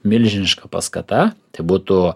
milžiniška paskata tai būtų